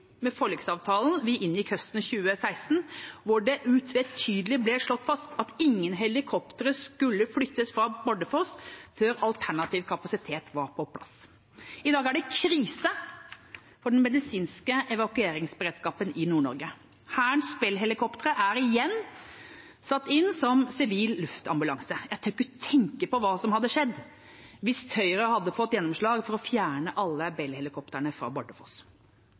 med forliksavtalen vi inngikk høsten 2016, der det utvetydig ble slått fast at ingen helikoptre skulle flyttes fra Bardufoss før alternativ kapasitet var på plass. I dag er det krise for den medisinske evakueringsberedskapen i Nord-Norge. Hærens Bell-helikoptre er igjen satt inn som sivil luftambulanse. Jeg tør ikke tenke på hva som hadde skjedd hvis Høyre hadde fått gjennomslag for å fjerne alle Bell-helikoptrene fra Bardufoss.